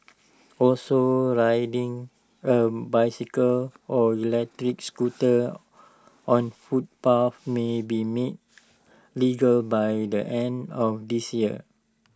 also riding A bicycle or electric scooter on footpaths may be made legal by the end of this year